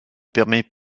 permet